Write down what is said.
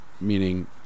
meaning